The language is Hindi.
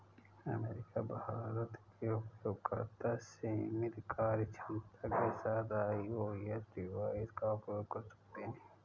अमेरिका, भारत के उपयोगकर्ता सीमित कार्यक्षमता के साथ आई.ओ.एस डिवाइस का उपयोग कर सकते हैं